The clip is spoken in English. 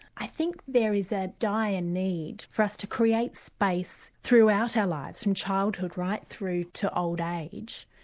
i think there is a dire need for us to create space throughout our lives, from childhood right through to old age,